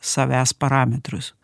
savęs parametrus